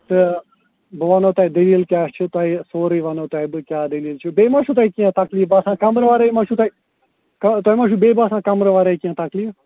تہٕ بہٕ وَنو تۄہہِ دٔلیٖل کیٛاہ چھِ تۄہہِ سورٕے وَنو تۄہہِ بہٕ کیٛاہ دٔلیٖل چھِ بیٚیہِ ما چھُو تۄہہِ کیٚنہہ تکلیٖف باسان کَمرٕ ورٲے ما چھُو تۄہہِ کہ تۄہہِ ما چھُو بیٚیہِ باسان کمرٕ ورٲے کیٚنہہ تکلیٖف